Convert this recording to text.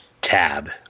tab